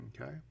Okay